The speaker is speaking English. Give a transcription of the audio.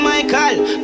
Michael